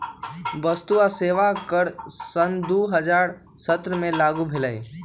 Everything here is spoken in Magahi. वस्तु आ सेवा कर सन दू हज़ार सत्रह से लागू भेलई